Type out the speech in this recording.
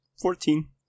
Fourteen